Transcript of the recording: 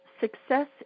success